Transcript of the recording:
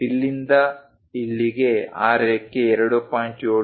ಇಲ್ಲಿಂದ ಇಲ್ಲಿಗೆ ಆ ರೇಖೆ 2